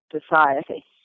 society